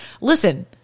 listen